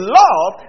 love